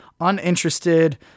uninterested